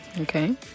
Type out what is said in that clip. okay